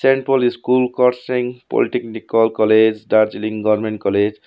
saint Paul school Kurseong polytechnical college Darjeeling government college